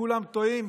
כולם טועים